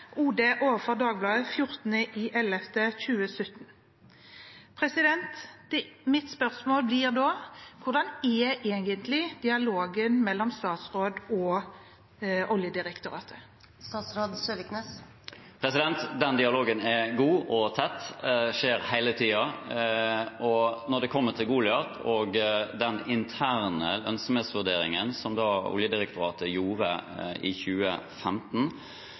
overfor Dagbladet 14. november 2017. Mitt spørsmål blir da: Hvordan er egentlig dialogen mellom statsråden og Oljedirektoratet? Den dialogen er god og tett og skjer hele tiden. Når det kommer til Goliat og den interne lønnsomhetsvurderingen som Oljedirektoratet gjorde i 2015,